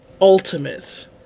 ultimate